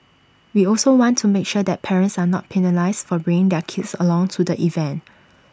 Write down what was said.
we also want to make sure that parents are not penalised for bringing their kids along to the event